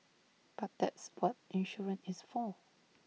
but that's what insurance is for